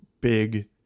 big